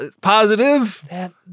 positive-